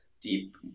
deep